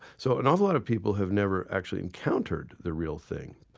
so an awful lot of people have never actually encountered the real thing